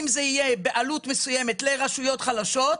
אם זה יהיה בעלות מסוימת לרשויות חלשות,